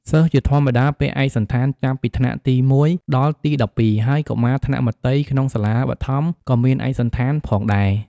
សិស្សជាធម្មតាពាក់ឯកសណ្ឋានចាប់ពីថ្នាក់ទី ១ ដល់ទី ១២ ហើយកុមារថ្នាក់មត្តេយ្យក្នុងសាលាបឋមក៏មានឯកសណ្ឋានផងដែរ។